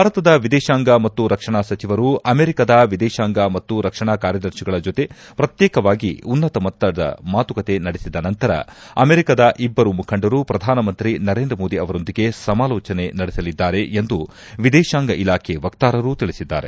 ಭಾರತದ ವಿದೇತಾಂಗ ಮತ್ತು ರಕ್ಷಣಾ ಸಚಿವರು ಅಮೆರಿಕದ ವಿದೇತಾಂಗ ಮತ್ತು ರಕ್ಷಣಾ ಕಾರ್ಯದರ್ಶಿಗಳ ಜೊತೆ ಪ್ರತ್ನೇಕವಾಗಿ ಉನ್ನತ ಮಟ್ಟದ ಮಾತುಕತೆ ನಡೆಸಿದ ನಂತರ ಅಮೆರಿಕದ ಇಬ್ಲರು ಮುಖಂಡರು ಪ್ರಧಾನ ಮಂತ್ರಿ ನರೇಂದ್ರ ಮೋದಿ ಅವರೊಂದಿಗೆ ಸಮಾಲೋಚನೆ ನಡೆಸಲಿದ್ದಾರೆ ಎಂದು ವಿದೇತಾಂಗ ಇಲಾಖೆ ವಕ್ತಾರರು ತಿಳಿಸಿದ್ದಾರೆ